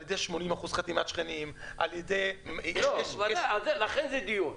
על ידי 80% חתימת שכנים --- לכן זה דיון.